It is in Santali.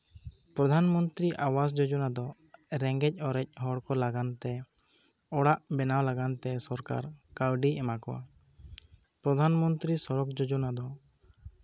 ᱯᱨᱚᱫᱷᱟᱱ ᱢᱚᱱᱛᱨᱤ ᱟᱵᱟᱥ ᱡᱳᱡᱚᱱᱟ ᱫᱚ ᱨᱮᱸᱜᱮᱡᱼᱚᱨᱮᱡ ᱦᱚᱲ ᱠᱚ ᱞᱟᱜᱟᱱ ᱛᱮ ᱚᱲᱟᱜ ᱵᱮᱱᱟᱣ ᱞᱟᱜᱟᱱ ᱛᱮ ᱥᱚᱨᱠᱟᱨ ᱠᱟᱹᱣᱰᱤᱭ ᱮᱢᱟᱠᱚᱣᱟ ᱯᱨᱚᱫᱷᱟᱱ ᱢᱚᱱᱛᱨᱤ ᱥᱚᱲᱚᱠ ᱡᱳᱡᱚᱱᱟ ᱫᱚ